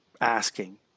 asking